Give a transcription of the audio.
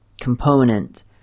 component